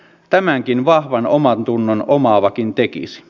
tämän vahvan omantunnon omaavakin tekisi